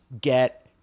get